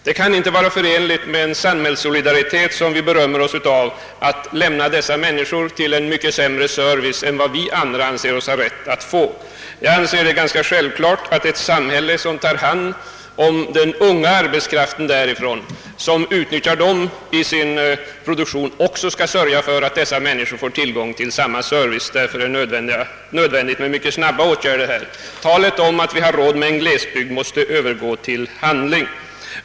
Det kan inte vara förenligt med den samhällssolidaritet som vi berömmer oss av att lämna dessa en mycket sämre service än vi andra anser oss ha rätt att få. Jag finner det ganska självklart att ett samhälle, som utnyttjar den unga arbetskraften från glesbygderna i sin produktion, också skall sörja för att dessa människor får tillgång till samma service som andra. Därför är det nödvändigt med mycket snabba åtgärder. Talet om att vi har råd med en glesbygd måste övergå till handling.